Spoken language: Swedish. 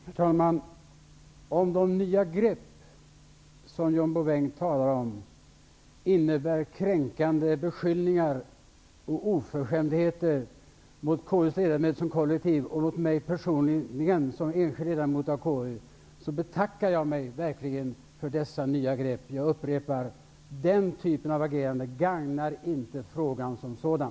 Fru talman! Om de nya grepp som John Bouvin talar om innebär kränkande beskyllningar och oförskämdheter mot KU:s ledamöter som kollektiv och mot mig personligen som enskild ledamot i KU, betackar jag mig verkligen för dessa nya grepp. Jag upprepar: Den typen av agerande gagnar inte frågan som sådan.